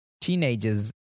teenagers